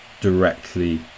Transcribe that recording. directly